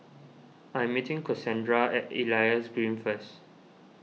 I am meeting Cassondra at Elias Green first